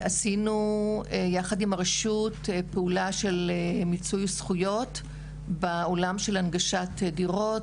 עשינו יחד עם הרשות פעולה של מיצוי זכויות בעולם של הנגשת דירות.